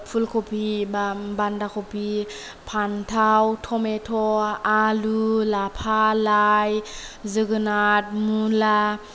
फुल खबि बा बान्दा खबि फानथाव थमेट' आलु लाफा लाइ जोगोनार मुला